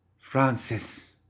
Francis